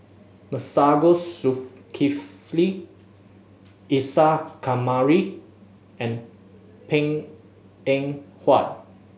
Masagos Zulkifli Isa Kamari and Png Eng Huat